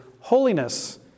holiness